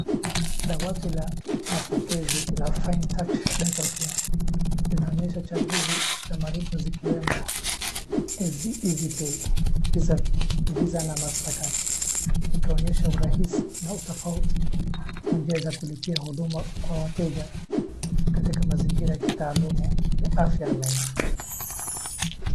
Dawati la mapokezi la Fine Touch Dental Care, linaonyesha chaguzi za malipo zikiwemo easy pay, visa na master card ikionyesha urahisi na utofauti wa njia za kulipia huduma kwa wateja katika mazingira ya kitaalum ya afya ya meno.